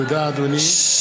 תודה, אדוני.